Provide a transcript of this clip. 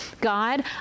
God